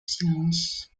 silence